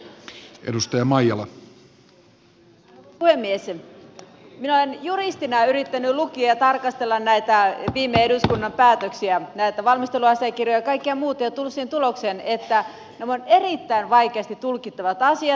minä olen juristina yrittänyt lukea ja tarkastella viime eduskunnan päätöksiä näitä valmisteluasiakirjoja ja kaikkea muuta ja tullut siihen tulokseen että nämä ovat erittäin vaikeasti tulkittavia asioita